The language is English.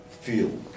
feel